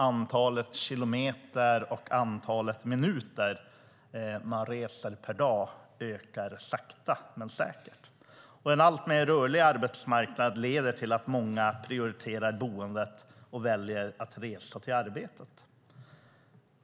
Antalet kilometer och antalet minuter man reser per dag ökar sakta men säkert, och en alltmer rörlig arbetsmarknad leder till att många prioriterar boendet och väljer att resa till arbetet.